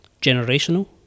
generational